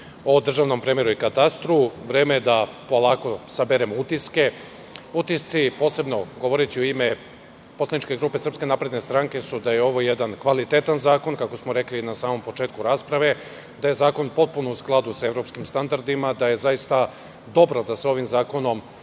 o državnom premeru i katastru, vreme je da polako saberemo utiske. Govoriću u ime poslaničke grupe SNS. Utisci su da je ovo jedan kvalitetan zakon, kako smo rekli na samom početku rasprave, da je zakon potpuno u skladu sa evropskim standardima, da je dobro da se ovim zakonom